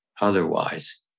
Otherwise